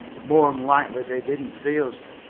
more'n likely they didn't see us.